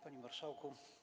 Panie Marszałku!